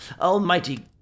Almighty